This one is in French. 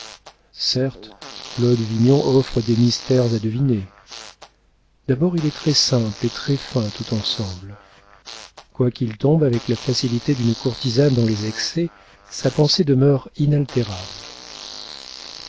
certes claude vignon offre des mystères à deviner d'abord il est très-simple et très-fin tout ensemble quoiqu'il tombe avec la facilité d'une courtisane dans les excès sa pensée demeure inaltérable